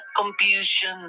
confusion